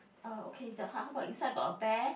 uh okay the how how about inside got a bear